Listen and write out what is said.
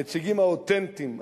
הנציגים האותנטיים,